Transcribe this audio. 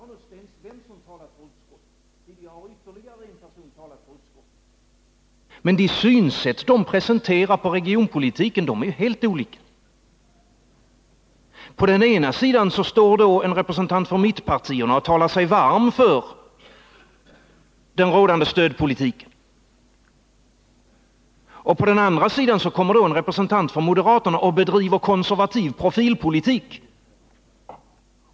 Men de synsätt när det gäller regionalpolitiken som de presenterat är helt olika. På den ena sidan står en representant för mittenpartierna och talar sig varm för den rådande stödpolitiken. På den andra sidan står en representant för moderaterna och bedriver konservativ profilpolitik.